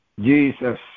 Jesus